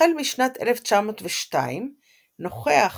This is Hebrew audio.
החל משנת 1902 נוכח